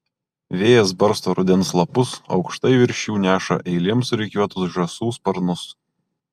vėjas barsto rudens lapus aukštai virš jų neša eilėm surikiuotus žąsų sparnus